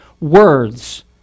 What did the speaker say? words